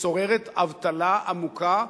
שוררת אבטלה עמוקה,